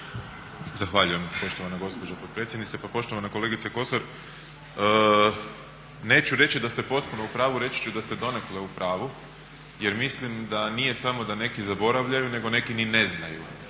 Zahvaljujem poštovana gospođo potpredsjednice. Pa poštovana kolegice Kosor, neću reći da ste potpuno u pravu, reći ću da ste donekle u pravu, jer mislim da nije samo da neki zaboravljaju nego neki ni ne znaju